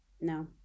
no